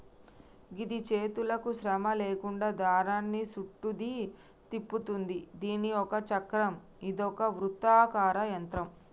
గిది చేతులకు శ్రమ లేకుండా దారాన్ని సుట్టుద్ది, తిప్పుతుంది దీని ఒక చక్రం ఇదొక వృత్తాకార యంత్రం